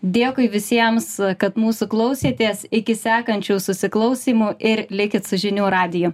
dėkui visiems kad mūsų klausėtės iki sekančių susiklausymų ir likit su žinių radiju